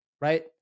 right